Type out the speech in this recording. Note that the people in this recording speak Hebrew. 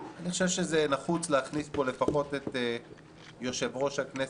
אני חושב שזה נחוץ להכניס פה לפחות את יושב-ראש הכנסת,